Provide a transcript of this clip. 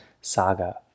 saga